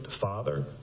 father